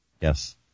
Yes